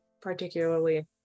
particularly